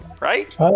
right